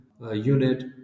Unit